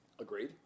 Agreed